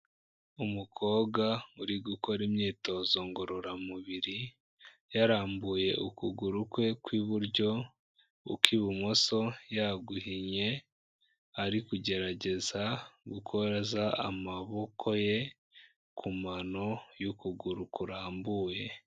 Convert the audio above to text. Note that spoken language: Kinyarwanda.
Umukobwa uri gukora imyitozo ngororamubiri yarambuye ukuguru kwe kw'iburyo, ukw'ibumoso yaguhinnye, ari kugerageza gukoza amaboko ye ku mano y'ukuguru kurambuye.